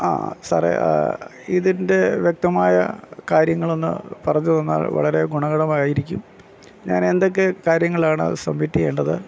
ആ സാറേ ഇതിൻ്റെ വ്യക്തമായ കാര്യങ്ങളൊന്ന് പറഞ്ഞു തന്നാൽ വളരെ ഗുണഗണമായിരിക്കും ഞാനെന്തൊക്കെ കാര്യങ്ങളാണ് സബ്മിറ്റ് ചെയ്യേണ്ടത്